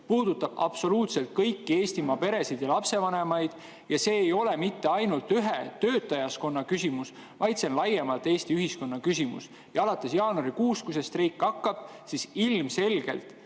puudutab absoluutselt kõiki Eestimaa peresid ja lapsevanemaid. See ei ole mitte ainult ühe töötajaskonna küsimus, vaid see on laiemalt Eesti ühiskonna küsimus. Ja alates jaanuarikuust, kui see streik hakkab, on see mõju ilmselgelt